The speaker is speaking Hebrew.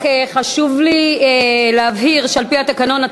רק חשוב לי להבהיר שעל-פי התקנון את